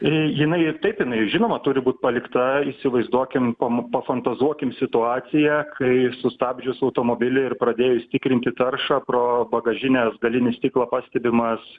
į jinai ir taip jinai žinoma turi būt palikta įsivaizduokim pom pafantazuokim situaciją kai sustabdžius automobilį ir pradėjus tikrinti taršą pro bagažinės galinį stiklą pastebimas